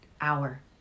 hour